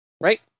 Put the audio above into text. right